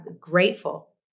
grateful